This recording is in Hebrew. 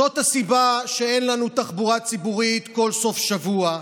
זאת הסיבה שאין לנו תחבורה ציבורית כל סוף שבוע,